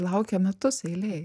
laukia metus eilėj